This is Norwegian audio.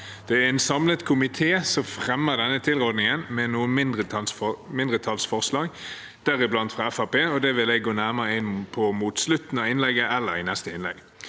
Det er en samlet komité som fremmer denne tilrådingen. Det er noen mindretallsforslag, deriblant fra Fremskrittspartiet, og det vil jeg gå nærmere inn på mot slutten av innlegget eller i neste innlegg.